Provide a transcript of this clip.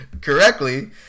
correctly